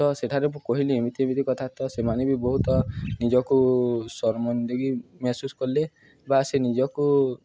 ତ ସେଠାରେଁ କହିଲି ଏମିତି ଏମିତି କଥା ତ ସେମାନେ ବି ବହୁତ ନିଜକୁ ସର୍ମନ୍ଦିକି ମେହସୁସ୍ କଲେ ବା ସେ ନିଜକୁ